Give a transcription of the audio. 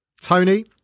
tony